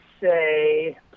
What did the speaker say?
say